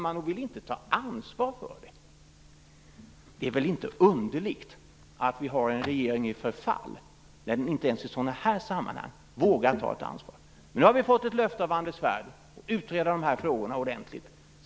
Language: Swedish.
Sedan vill man inte ta ansvar för detta. Det är väl inte underligt att Sverige har en regering i förfall, när den inte ens i sådana här sammanhang vågar ta ett ansvar. Men nu har vi fått ett löfte av Anders Svärd om att utreda dessa frågor ordentligt.